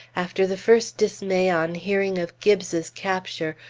after the first dismay on hearing of gibbes's capture,